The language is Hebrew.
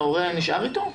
ההורה נשאר איתו?